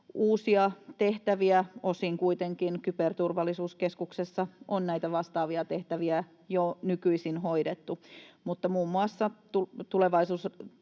uusia tehtäviä. Osin kuitenkin Kyberturvallisuuskeskuksessa on näitä vastaavia tehtäviä jo nykyisin hoidettu, mutta tulevaisuudessa